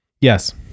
yes